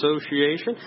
Association